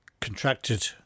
contracted